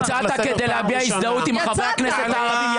יצאת כדי להביע הזדהות עם חברי הכנסת הערבים.